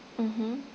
mmhmm